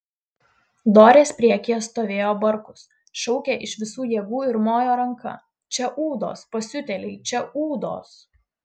dorės priekyje stovėjo barkus šaukė iš visų jėgų ir mojo ranka čia ūdos pasiutėliai čia ūdos